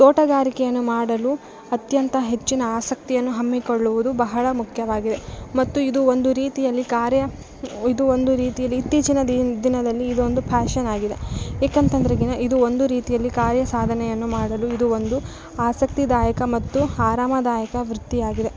ತೋಟಗಾರಿಕೆಯನ್ನು ಮಾಡಲು ಅತ್ಯಂತ ಹೆಚ್ಚಿನ ಆಸಕ್ತಿಯನ್ನು ಹಮ್ಮಿಕೊಳ್ಳುವುದು ಬಹಳ ಮುಖ್ಯವಾಗಿದೆ ಮತ್ತು ಇದು ಒಂದು ರೀತಿಯಲ್ಲಿ ಕಾರ್ಯ ಇದು ಒಂದು ರೀತೀಲಿ ಇತ್ತೀಚಿನ ದಿನ ದಿನದಲ್ಲಿ ಇದೊಂದು ಪ್ಯಾಶನ್ ಆಗಿದೆ ಏಕಂತಂದ್ರಗಿನ ಇದು ಒಂದು ರೀತಿಯಲ್ಲಿ ಕಾರ್ಯ ಸಾಧನೆಯನ್ನು ಮಾಡಲು ಇದು ಒಂದು ಆಸಕ್ತಿದಾಯಕ ಮತ್ತು ಆರಾಮದಾಯಕ ವೃತ್ತಿಯಾಗಿದೆ